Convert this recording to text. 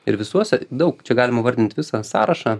ir visuose daug čia galima vardint visą sąrašą